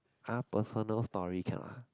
!huh! personal story cannot ah